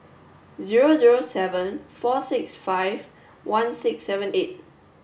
zero zero seven four six five one six seven eight